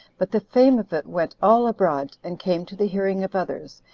but the fame of it went all abroad, and came to the hearing of others,